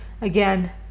again